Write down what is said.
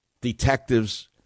detectives